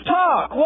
talk